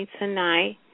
tonight